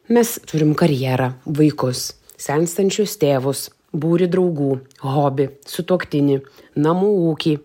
mes turim karjerą vaikus senstančius tėvus būrį draugų hobį sutuoktinį namų ūkį